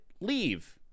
leave